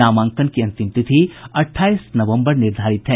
नामांकन की अंतिम तारीख अठाईस नवम्बर निर्धारित है